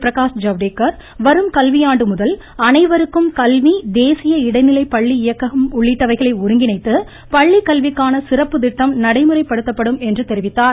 பிரகாஷ் ஜவ்தேக்கர் வரும் கல்வியாண்டு முதல் அனைவருக்கும் கல்வி தேசிய இடைநிலை பள்ளி இயக்கம் உள்ளிட்டவைகளை ஒருங்கிணைத்து பள்ளிக்கல்விக்கான சிறப்பு திட்டம் நடைமுறைப்படுத்தப்படும் என்று தெரிவித்தார்